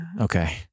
Okay